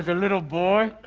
little boy